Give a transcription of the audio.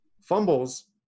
Fumbles